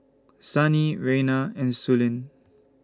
Sannie Reina and Suellen